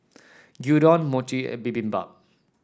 Gyudon Mochi and Bibimbap